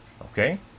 Okay